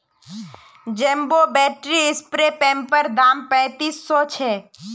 jumbo battery spray पंपैर दाम पैंतीस सौ छे